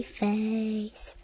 face